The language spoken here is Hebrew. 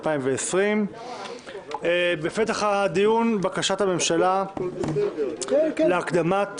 2020. בפתח הדיון בקשת הממשלה להקדמת